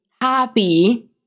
happy